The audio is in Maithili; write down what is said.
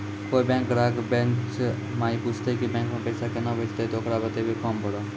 कोय बैंक ग्राहक बेंच माई पुछते की बैंक मे पेसा केना भेजेते ते ओकरा बताइबै फॉर्म भरो